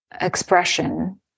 expression